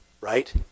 right